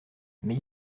mais